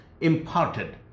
imparted